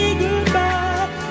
goodbye